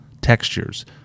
textures